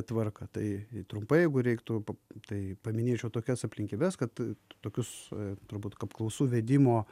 tvarką tai trumpai jeigu reiktų pa tai paminėčiau tokias aplinkybes kad tokius turbūt apklausų vedimo